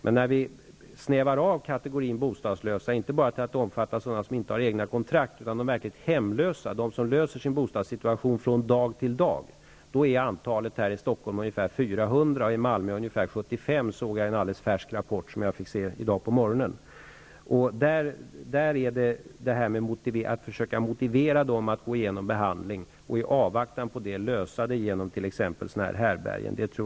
Men om vi snävar in kategorien bostadslösa till att omfatta inte dem som inte har egna kontrakt utan bara de verkligt hemlösa, de som löser problemet med sin bostadssituation från dag till dag, är antalet här i Stockholm ungefär 400 och i Malmö ungefär 75, såg jag i en alldeles färsk rapport som jag fick se i dag på morgonen. Det arbetssätt som man måste ha när det gäller dem är, tror jag, att försöka motivera dem att gå igenom behandling och i avvaktan på det lösa bostadsproblemet genom t.ex.